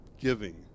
giving